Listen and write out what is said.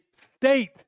state